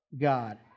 God